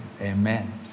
Amen